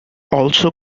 also